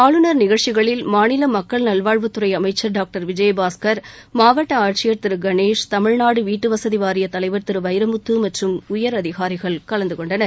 ஆளுநர் நிகழ்ச்சிகளில் மாநில மக்கள் நல்வாழ்வுத்துறை அமைச்சர் டாக்டர் விஜயபாஸ்கர் மாவட்ட ஆட்சியர் திரு கணேஷ் தமிழ்நாடு வீட்டுவசதி வாரியத்தலைவர் திரு வைரமுத்து மற்றும் உயரதிகாரிகள் கலந்துகொண்டனர்